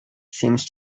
seemed